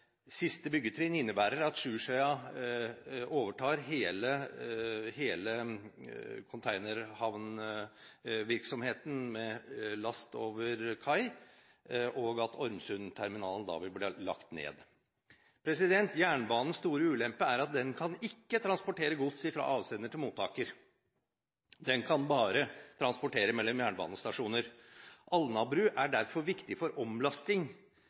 Siste byggetrinn innebærer at Sjursøya overtar hele containerhavnvirksomheten med last over kai, og at Ormsundterminalen vil bli lagt ned. Jernbanens store ulempe er at den ikke kan transportere gods fra avsender til mottaker, den kan bare transportere mellom jernbanestasjoner. Alnabru er derfor viktig for omlasting